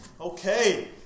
Okay